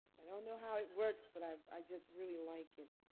i don't know how it works. but i i just really like it.